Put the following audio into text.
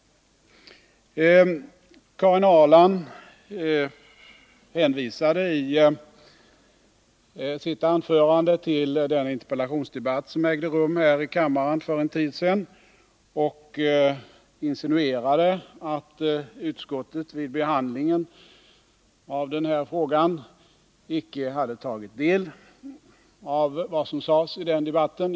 Karin Ahrland hänvisade i sitt anförande till den interpellationsdebatt som ägde rum här i kammaren för en tid sedan och insinuerade att utskottet vid behandlingen av den här frågan icke hade tagit del av vad som sades i den debatten.